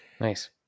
Nice